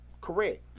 Correct